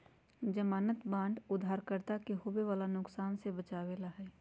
ज़मानत बांड उधारकर्ता के होवे वाला नुकसान से बचावे ला हई